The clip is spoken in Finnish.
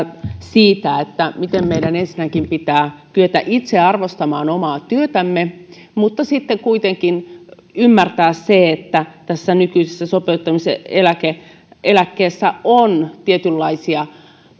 siitä miten meidän ensinnäkin pitää kyetä itse arvostamaan omaa työtämme mutta sitten kuitenkin ymmärtää se että tässä nykyisessä sopeutumiseläkkeessä on tietynlaisia